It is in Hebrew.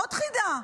עוד חידה.